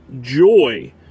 joy